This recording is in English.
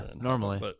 normally